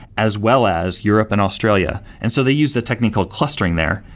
as well as europe and australia. and so they use the technical clustering there,